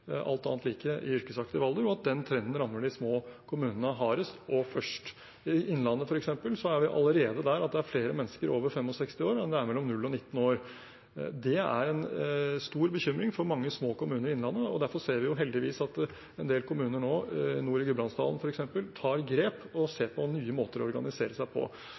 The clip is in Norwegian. alt annet likt – i yrkesaktiv alder, og at den trenden rammer de små kommunene hardest og først. I Innlandet, f.eks., er vi allerede der at det er flere mennesker over 65 år enn det er mellom 0 og 19 år. Det er en stor bekymring for mange små kommuner i Innlandet. Derfor ser vi heldigvis at en del kommuner nå, f.eks. nord i Gudbrandsdalen, tar grep og ser på nye måter å organisere seg på.